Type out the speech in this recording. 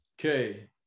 Okay